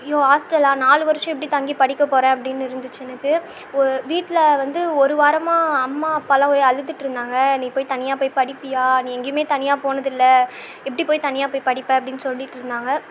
ஐயோ ஹாஸ்டலா நாலு வருடம் எப்படி தங்கி படிக்கப்போகிறேன் அப்படின்னு இருந்துச்சு எனக்கு வீட்டில் வந்து ஒரு வாரமாக அம்மா அப்பாலாம் ஒரே அழுதுட்டுருந்தாங்க நீ போய் தனியாக போய் படிப்பியா நீ எங்கேயும் தனியாக போனதில்லை எப்படிபோய் தனியாக போய் படிப்பே அப்படின்னு சொல்லிட்டுருந்தாங்க